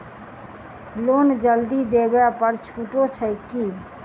Loan जल्दी देबै पर छुटो छैक की?